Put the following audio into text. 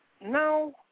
No